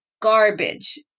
garbage